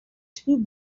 two